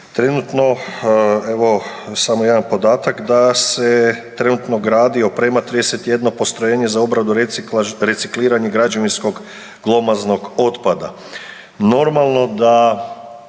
trenutno, evo, samo jedan podatak da se trenutno gradi i oprema 31 postrojenje za obradu recikliranje građevinskog glomaznog otpada. Normalno da